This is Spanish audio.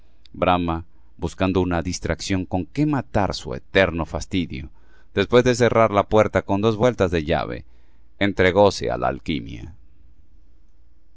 brahma buscando una distracción con que matar su eterno fastidio después de cerrar la puerta con dos vueltas de llave entre góse á la alquimia